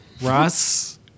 Ross